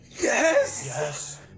Yes